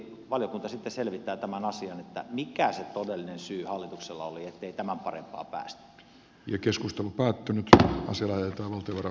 toivottavasti valiokunta sitten selvittää tämän asian mikä se todellinen syy hallituksella oli ettei tämän parempaan päästy